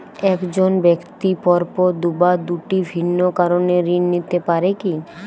এক জন ব্যক্তি পরপর দুবার দুটি ভিন্ন কারণে ঋণ নিতে পারে কী?